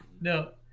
no